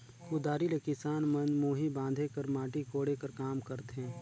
कुदारी ले किसान मन मुही बांधे कर, माटी कोड़े कर काम करथे